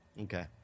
Okay